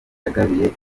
yagabiye